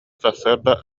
сарсыарда